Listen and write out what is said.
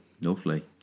Lovely